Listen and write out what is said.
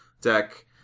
deck